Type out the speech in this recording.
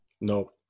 Nope